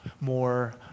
more